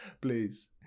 please